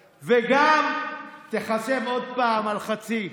וגם, תיחסם עוד פעם על חצי,